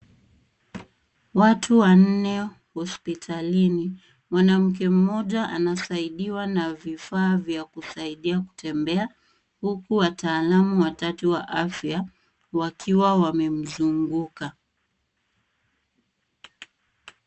Watu wanne hospitalini. Mwanamke mmoja anasaidiwa na vifaa vya kusaidia kutembea huku wataalamu watatu wa afya wakiwa wamemzunguka.